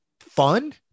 fun